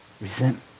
Resent